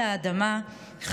חלקם מעל האדמה,